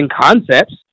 concepts